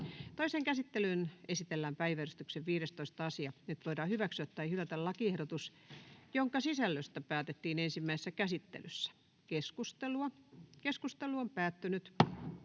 Toiseen käsittelyyn esitellään päiväjärjestyksen 12. asia. Nyt voidaan hyväksyä tai hylätä lakiehdotus, jonka sisällöstä päätettiin ensimmäisessä käsittelyssä. — Keskustelu, edustaja Kontula,